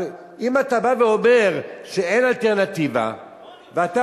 אבל אם אתה בא ואומר שאין אלטרנטיבה ואתה